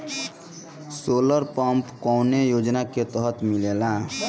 Solar pump कौने योजना के तहत मिलेला?